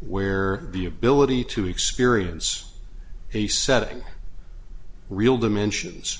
where the ability to experience a setting real dimensions